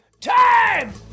Time